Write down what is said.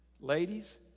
Ladies